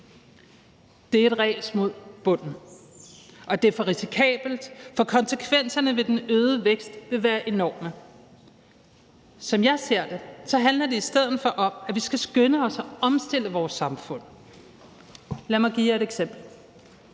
Det er et ræs mod bunden, og det er for risikabelt, for konsekvenserne ved den øgede vækst vil være enorme. Kl. 19:20 Som jeg ser det, handler det i stedet for om, at vi skal skynde os at omstille vores samfund. Lad mig give jer et eksempel.